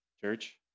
church